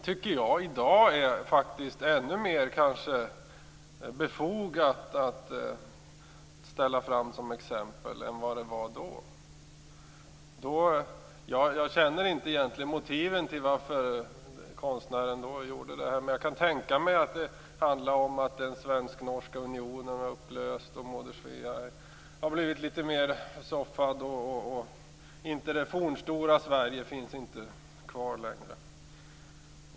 Det känns ännu mer befogat att framhålla den bilden av Moder Svea som exempel i dag än vad det var då. Jag känner inte till konstnärens motiv, men jag kan tänka mig att det handlade om att den svensknorska unionen var upplöst och att Moder Svea hade blivit litet mer försoffat. Det fornstora Sverige finns inte längre kvar.